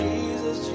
Jesus